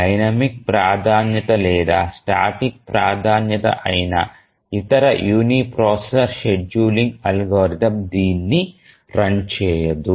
dynamic ప్రాధాన్యత లేదా static ప్రాధాన్యత అయినా ఇతర యూనిప్రాసెసర్ షెడ్యూలింగ్ అల్గోరిథం దీన్ని రన్ చేయదు